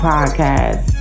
Podcast